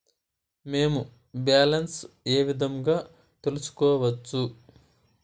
మేము బ్యాలెన్స్ ఏ విధంగా తెలుసుకోవచ్చు?